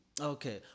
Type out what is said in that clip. Okay